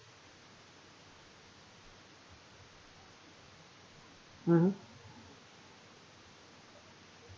mm hmm